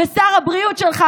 שר הבריאות שלך,